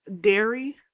Dairy